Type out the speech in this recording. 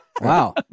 Wow